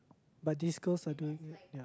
but these girls are doing